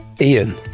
Ian